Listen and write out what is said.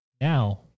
now